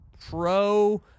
pro